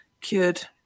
cured